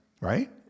Right